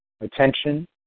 Attention